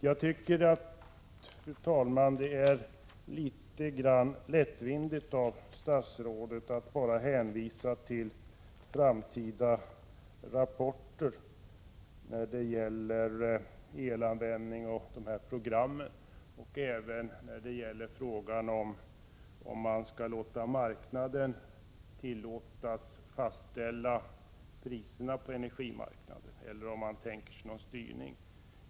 Det är, fru talman, litet lättvindigt av statsrådet att bara hänvisa till framtida rapporter när det gäller elanvändning och program och även när det gäller huruvida marknaden skall tillåtas fastställa priserna på energimarknaden eller om det blir fråga om styrning.